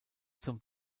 zum